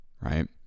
right